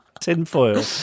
tinfoil